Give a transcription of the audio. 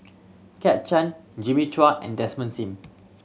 Kit Chan Jimmy Chua and Desmond Sim